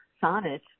sonnet